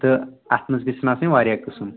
تہٕ اَتھ منٛز گژھن آسٕنۍ واریاہ قٕسٕم